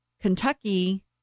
Kentucky